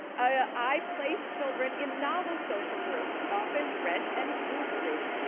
i place children in novel social groups, often red and blue groups,